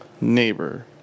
neighbor